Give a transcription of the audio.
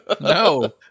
no